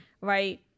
right